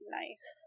nice